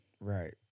Right